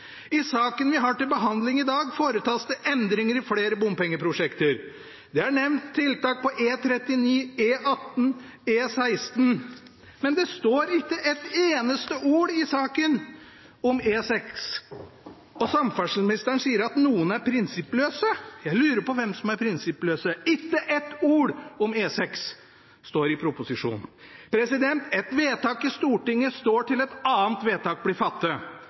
I saken som vi har til behandling i dag, foretas det endringer i flere bompengeprosjekter. Det er nevnt tiltak på E39, E18, E16, men det står ikke et eneste ord i saken om E6. Samferdselsministeren sier at noen er prinsippløse. Jeg lurer på hvem som er prinsippløse: Ikke ett ord om E6 står i proposisjonen. Et vedtak i Stortinget står til et annet vedtak blir fattet.